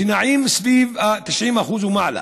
שנעים סביב ה-90% ומעלה.